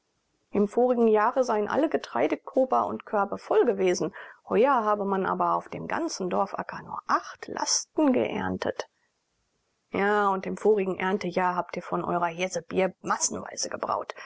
im vorigen jahre seien alle getreidekober und körbe voll gewesen heuer habe man aber auf dem ganzen dorfacker nur acht lasten geerntet ja und im vorigen erntejahre habt ihr von eurer hirse bier massenweise gebraut